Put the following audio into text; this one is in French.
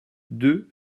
deux